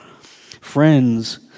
Friends